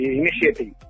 initiating